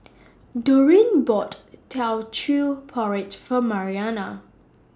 Doreen bought Teochew Porridge For Mariana